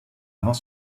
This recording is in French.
avant